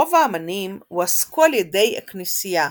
רוב האמנים הועסקו על ידי הכנסייה,